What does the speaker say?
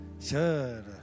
sure